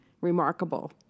remarkable